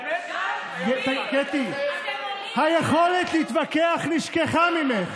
קטי, היכולת להתווכח נשכחה ממך.